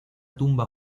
tumba